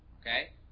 Okay